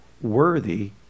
worthy